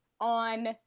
on